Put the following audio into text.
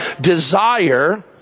desire